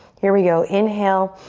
here we go, inhale.